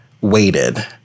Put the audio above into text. waited